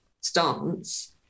stance